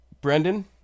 Brendan